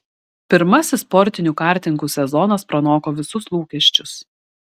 pirmasis sportinių kartingų sezonas pranoko visus lūkesčius